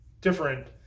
different